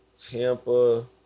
Tampa